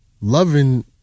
loving